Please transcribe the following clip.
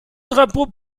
drapeaux